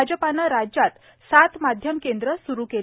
भाजपानं राज्यात सात माध्यम केंद्रं सुरू केली